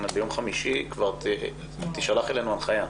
זאת אומרת ביום חמישי כבר תישלח אלינו הנחיה.